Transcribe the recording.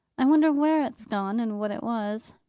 i wonder where it's gone, and what it was.